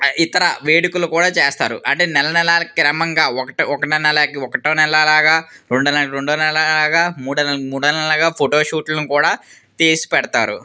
ఇతర వేడుకలు కూడా చేస్తారు అంటే నెల నెల క్రమంగా ఒకటో నెలకి ఒకటో నెలలాగా రెండో నెలకి రెండో నెలలాగా మూడో నెలకి మూడో నెలలాగా ఫోటోషూట్లను కూడా తీసి పెడతారు